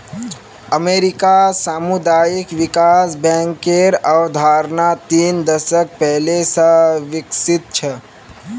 अमेरिकात सामुदायिक विकास बैंकेर अवधारणा तीन दशक पहले स विकसित छ